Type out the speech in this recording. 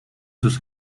sus